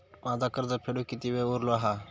माझा कर्ज फेडुक किती वेळ उरलो हा?